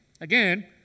Again